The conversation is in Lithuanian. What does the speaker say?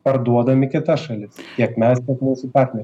parduodam į kita šalis tiek mes tiek mūsų partneriai